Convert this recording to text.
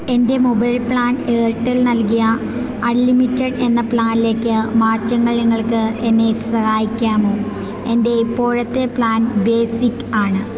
എൻ്റെ mobile plan Airtel നൽകിയ unlimited എന്ന പ്ലാനിലേക്ക് മാറ്റങ്ങൾ നിങ്ങൾക്ക് എന്നെ സഹായിക്കാമോ എൻ്റെ ഇപ്പോഴത്തെ പ്ലാൻ ബേസിക്ക് ആണ്